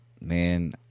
man